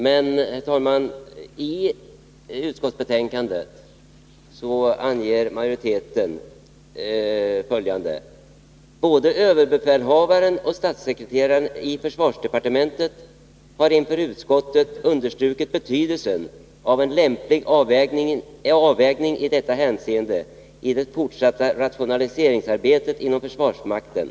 Men, herr talman, i betänkandet anger utskottsmajoriteten följande: ”Både överbefälhavaren och statssekreteraren i försvarsdepartementet har inför utskottet understrukit betydelsen av en lämplig avvägning i detta hänseende i det fortsatta rationaliseringsarbetet inom försvarsmakten.